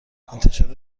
انتشار